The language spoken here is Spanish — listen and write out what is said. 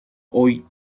hoy